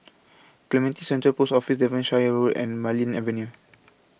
Clementi Central Post Office Devonshire Road and Marlene Avenue